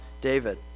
David